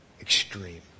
Extreme